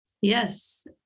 Yes